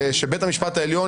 בין-לאומי?